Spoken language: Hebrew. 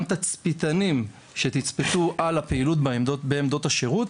תצפיתנים שתצפתו על הפעילות בעמדות השירות,